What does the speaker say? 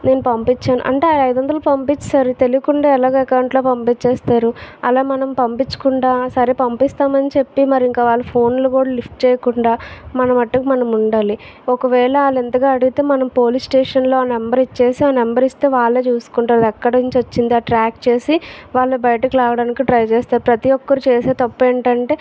నేను పంపించాను అంటే ఐదు వందలు పంపించేశారు తెలియకుండా ఎలాగ అకౌంట్లో పంపించేస్తారు అలా మనం పంపించకుండా సరే పంపిస్తామని చెప్పి మరి ఇంకా వాళ్ళు ఫోన్లు కూడా లిఫ్ట్ చేయకుండా మన మట్టు మనం ఉండాలి ఒకవేళ వాళ్లు అంతగా అడిగితే మనం పోలీస్ స్టేషన్లో ఆ నెంబర్ ఇచ్చేసి ఆ నెంబర్ ఇస్తే వాళ్ల చూసుకుంటారు ఎక్కడ నుంచి వచ్చిందా ట్రాక్ చేసి వాళ్ళు బయటకు లాగడానికి ట్రై చేస్తారు ప్రతి ఒక్కరు చేసే తప్పు ఏంటంటే